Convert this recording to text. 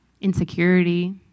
insecurity